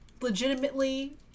legitimately